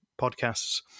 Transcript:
podcasts